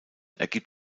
ergibt